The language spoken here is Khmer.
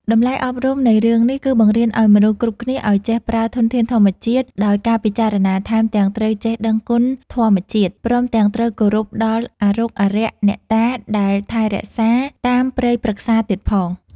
តម្លៃអប់រំនៃរឿងនេះ គឺបង្រៀនឲ្យមនុស្សគ្រប់គ្នាឲ្យចេះប្រើធនធានធម្មជាតិដោយការពិចារណា ថែមទាំងត្រូវចេះដឹងគុណធម្មជាតិ ព្រមទាំងត្រូវគោរពដល់អារុកអារក្សអ្នកតាដែលថែរក្សាតាមព្រៃព្រឹក្សាទៀតផង។